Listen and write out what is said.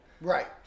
Right